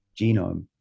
genome